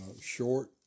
short